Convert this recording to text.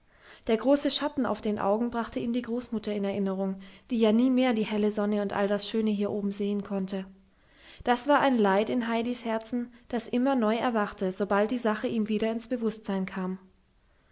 der große schatten auf den augen brachte ihm die großmutter in erinnerung die ja nie mehr die helle sonne und all das schöne hier oben sehen konnte das war ein leid in heidis herzen das immer neu erwachte sobald die sache ihm wieder ins bewußtsein kam